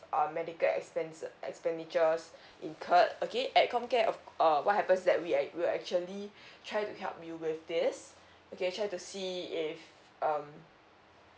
uh medical expenses expenditures incurred okay at comcare of err what happens that we act~ we actually try to help you with this okay try to see if um